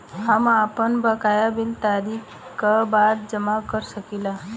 हम आपन बकाया बिल तारीख क बाद जमा कर सकेला?